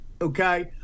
okay